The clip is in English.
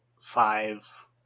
five